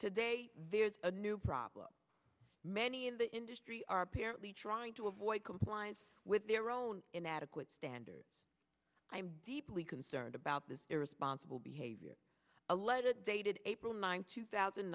today there's a new problem many in the industry are apparently trying to avoid compliance with their own inadequate standards i'm deeply concerned about this irresponsible behavior a letter dated april ninth two thousand